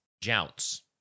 Jounce